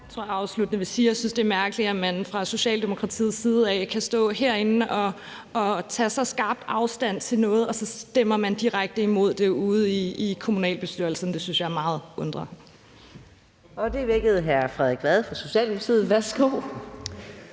jeg synes, det er mærkeligt, at man fra Socialdemokratiets side kan stå herinde og tage så skarpt afstand fra noget, og så stemmer man direkte imod det ude i kommunalbestyrelserne. Det synes jeg undrer meget. Kl. 14:39 Anden næstformand (Karina Adsbøl): Det vækkede hr. Frederik Vad fra Socialdemokratiet. Værsgo.